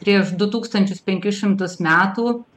prieš du tūkstančius penkis šimtus metų